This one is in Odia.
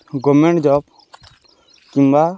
ଗଭର୍ଣ୍ଣମେଣ୍ଟ୍ ଜବ୍ କିମ୍ବା